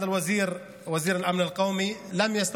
(אומר דברים בשפה הערבית, להלן